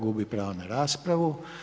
Gubi pravo na raspravu.